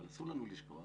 אסור לנו לשכוח